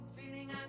feeling